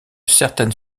certaine